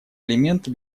элементы